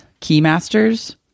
Keymasters